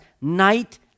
night